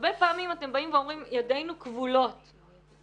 הרבה פעמים אתם באים ואומרים: ידינו כבולות בהלכה.